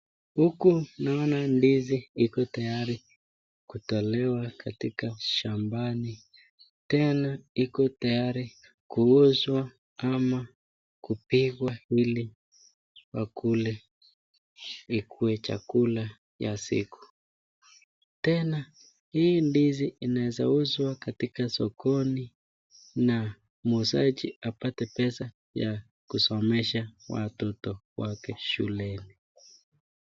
Huku naona ndizi iko tayari kutolewa katika shambani, tena iko tayari kuuzwa ama kupikwa hili wakule ikue chakula ya siku, tena hii ndizi inaeza uzwa katika sokoni na muuzaji apate pesa ya kusomesha watoto wake shuleni.